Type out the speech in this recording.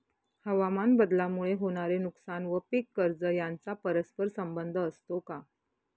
हवामानबदलामुळे होणारे नुकसान व पीक कर्ज यांचा परस्पर संबंध असतो का?